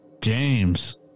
James